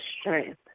strength